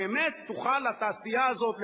באמת תוכל התעשייה הזאת לתפקד.